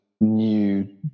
new